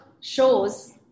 shows